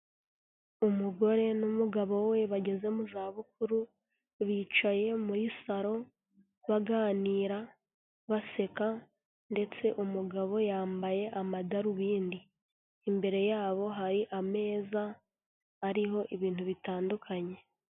Umugore n'umugabo we bageze mu zabukuru, bicaye muri saro, baganira, baseka ndetse umugabo yambaye amadarubindi, imbere yabo hari ameza ariho ibintu bitandukanye.